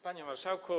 Panie Marszałku!